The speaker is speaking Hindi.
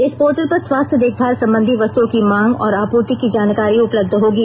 इस पोर्टल पर स्वास्थ्य देखभाल संबंधी वस्तुओं की मांग और आपूर्ति की जानकारी उपलब्ध होगी